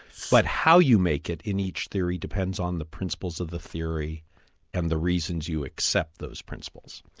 but how you make it in each theory depends on the principles of the theory and the reasons you accept those principles.